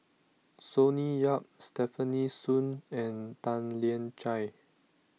Sonny Yap Stefanie Sun and Tan Lian Chye